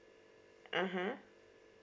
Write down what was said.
(uh huh)